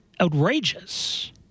outrageous